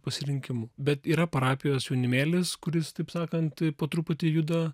pasirinkimų bet yra parapijos jaunimėlis kuris taip sakant po truputį juda